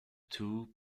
two